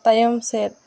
ᱛᱟᱭᱚᱢ ᱥᱮᱫ